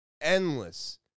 endless